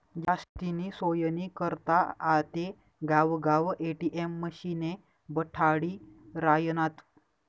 जास्तीनी सोयनी करता आते गावगाव ए.टी.एम मशिने बठाडी रायनात